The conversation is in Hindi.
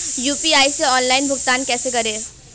यू.पी.आई से ऑनलाइन भुगतान कैसे करें?